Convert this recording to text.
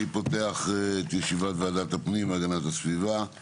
אני פותח את ישיבת ועדת הפנים והגנת הסביבה.